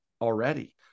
already